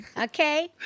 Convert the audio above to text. okay